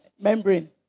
membrane